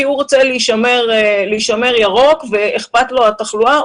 כי הוא רוצה להישמר ירוק ואכפת לו מהתחלואה.